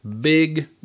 big